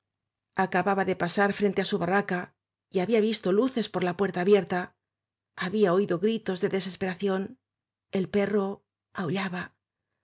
acababa de pasar frente á su barraca y había visto luces í por la puerta abierta había oído gritos de desesperación el perro aullaba